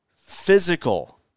physical